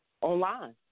online